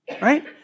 right